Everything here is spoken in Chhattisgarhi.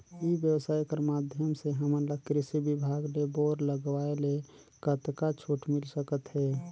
ई व्यवसाय कर माध्यम से हमन ला कृषि विभाग ले बोर लगवाए ले कतका छूट मिल सकत हे?